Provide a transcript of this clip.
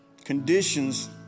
Conditions